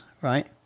right